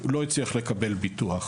לא הצליח לקבל ביטוח.